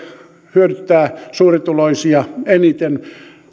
hyödyttää suurituloisia eniten